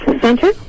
Center